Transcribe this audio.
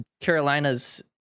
Carolina's